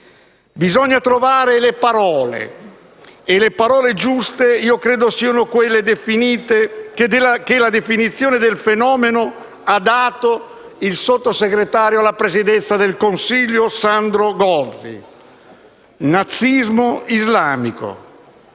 Bisogna trovare le parole e quelle giuste credo che coincidano con la definizione del fenomeno che ha dato il sottosegretario alla Presidenza del Consiglio Sandro Gozi: nazismo islamico.